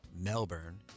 Melbourne